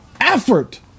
effort